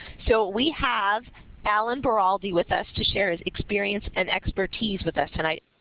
so, we have allen baraldi with us to share his experience and expertise with us tonight.